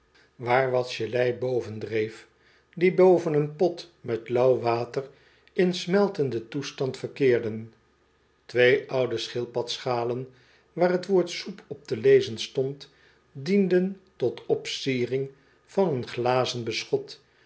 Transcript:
waar wat gelei boven dreef die boven een pot met lauw water in smeltenden toestand verkeerden twee oude schildpad schalen waar het woord soep op te lezen stond dienden tot opsiering van een glazen beschot